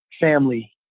family